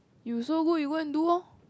you so good you go and do lor